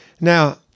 Now